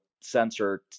sensor